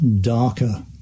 darker